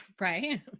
right